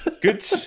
Good